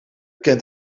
kent